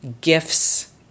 gifts